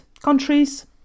countries